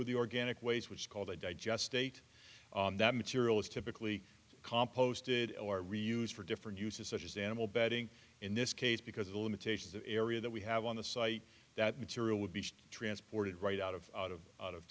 with the organic waste which is called a digest state that material is typically composted or reuse for different uses such as animal bedding in this case because of the limitations of area that we have on the site that material would be transported right out of out of out of